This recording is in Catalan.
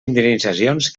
indemnitzacions